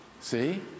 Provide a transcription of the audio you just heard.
see